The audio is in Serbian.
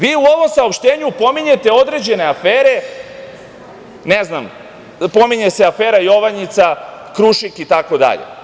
Vi u ovom saopštenju pominjete određene afere, ne znam, pominje se afera „Jovanjica“, „Krušik“ itd.